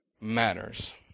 matters